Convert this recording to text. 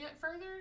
further